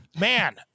man